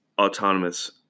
autonomous